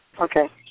Okay